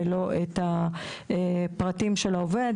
ולא את הפרטים של העובד,